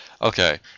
okay